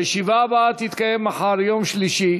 הצעת החוק עברה בקריאה ראשונה,